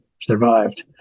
survived